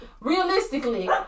realistically